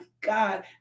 God